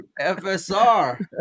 FSR